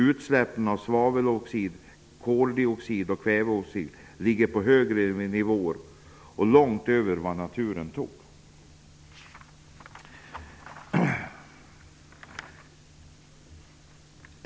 Utsläppen av svaveloxid, koldioxid och kväveoxid ligger på högre nivåer -- ja, långt över vad naturen tål.